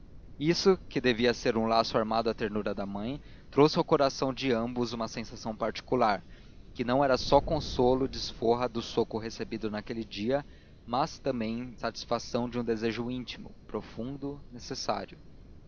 isto que devia ser um laço armado à ternura da mãe trouxe ao coração de ambos uma sensação particular que não era só consolo e desforra do soco recebido naquele dia mas também satisfação de um desejo íntimo profundo necessário